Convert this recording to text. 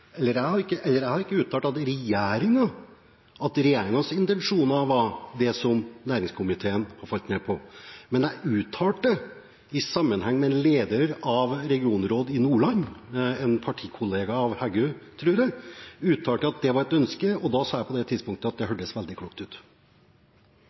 Jeg har ikke uttalt at regjeringens intensjoner var det som næringskomiteen har falt ned på, men i sammenheng med at en leder i et regionråd i Nordland – en partikollega av representanten Heggø, tror jeg – uttalte at det var et ønske, sa jeg på det tidspunktet at det